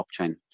blockchain